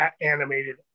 animated